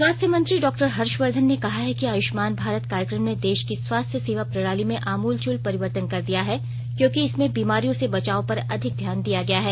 स्वास्थ्य मंत्री डॉक्टर हर्षवर्धन ने कहा है कि आयुष्मान भारत कार्यक्रम ने देश की स्वास्थ्य सेवा प्रणाली में आमूलचूल परिवर्तन कर दिया है क्योंकि इसमें बीमारियों से बचाव पर अधिक ध्यान दिया गया है